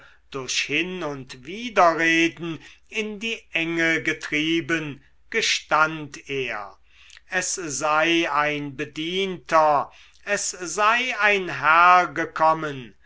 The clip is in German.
durch hin und widerreden in die enge getrieben gestand er es sei ein bedienter es sei ein herr gekommen